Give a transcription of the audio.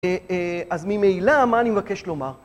אז ממעילה, מה אני מבקש לומר?